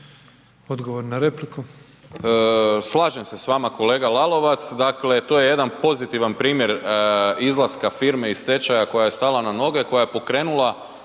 Odgovor na repliku.